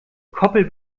koppel